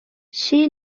she